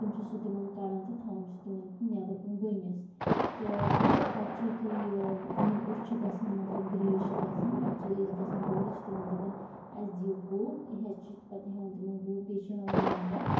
تِم چھِ سُہ تِمن کَڈن تہٕ تھاون چھِ تِمن نٮ۪بر کُن بٔنِس تہٕ پتہٕ چھِ یُتھِے یہِ یِم أسۍ چھِ گَژھان مطلب گرٛیٖسۍ چھ گَژھان پتہٕ چھِ أسۍ گَژھان تور أسۍ چھِ تِمن دَپان اَسہِ دِیِو گُہہ یہِ ہٮ۪تھ چھِ أسۍ پتہٕ تِمن ہٮ۪وان گُہہ بیٚیہِ چھِ ہٮ۪وان مٮ۪نٛگن